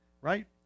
right